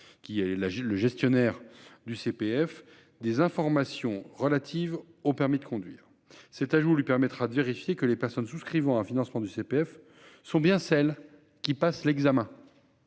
dépôts, gestionnaire du CPF, des informations relatives au permis de conduire. Cet ajout lui permettra de vérifier que les personnes souscrivant à un financement du CPF sont bien celles qui passent l'examen.